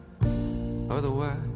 Otherwise